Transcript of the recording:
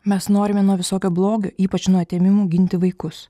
mes norime nuo visokio blogio ypač nuo atėmimų ginti vaikus